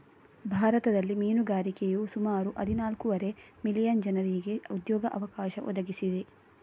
ಭಾರತದಲ್ಲಿ ಮೀನುಗಾರಿಕೆಯು ಸುಮಾರು ಹದಿನಾಲ್ಕೂವರೆ ಮಿಲಿಯನ್ ಜನರಿಗೆ ಉದ್ಯೋಗ ಅವಕಾಶ ಒದಗಿಸಿದೆ